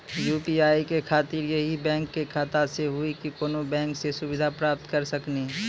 UPI के खातिर यही बैंक के खाता से हुई की कोनो बैंक से सुविधा प्राप्त करऽ सकनी?